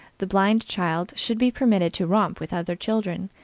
the blind child should be permitted to romp with other children,